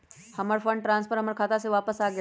हमर fund transfer हमर खाता में वापस आ गेल